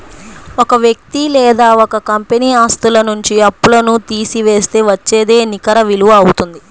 ఒక వ్యక్తి లేదా ఒక కంపెనీ ఆస్తుల నుంచి అప్పులను తీసివేస్తే వచ్చేదే నికర విలువ అవుతుంది